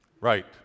Right